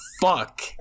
fuck